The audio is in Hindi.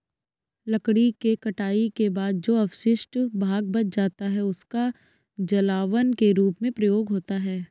लकड़ी के कटाई के बाद जो अवशिष्ट भाग बच जाता है, उसका जलावन के रूप में प्रयोग होता है